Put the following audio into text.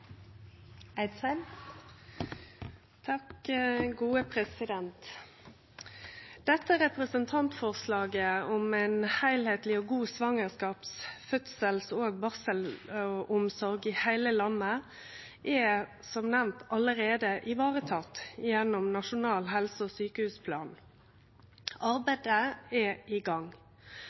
Dette representantforslaget om ei heilskapleg og god svangerskaps-, fødsels- og barselomsorg i heile landet er som nemnt allereie teke vare på gjennom Nasjonal helse- og sjukehusplan. Arbeidet er i gang.